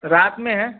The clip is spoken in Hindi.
रात में है